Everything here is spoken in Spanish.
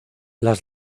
las